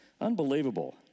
Unbelievable